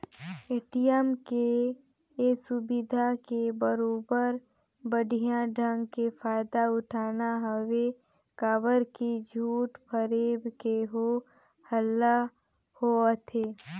ATM के ये सुबिधा के बरोबर बड़िहा ढंग के फायदा उठाना हवे काबर की झूठ फरेब के हो हल्ला होवथे